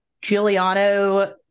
Giuliano